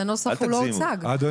הנוסח הוא לא הוצג.